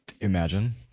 Imagine